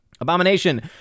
Abomination